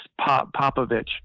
Popovich